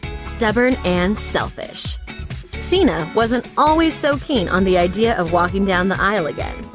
stubborn and selfish cena wasn't always so keen on the idea of walking down the aisle again.